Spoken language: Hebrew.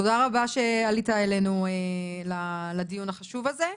תודה רבה שעלית לדיון החשוב הזה.